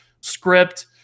script